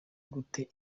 gute